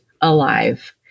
alive